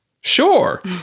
sure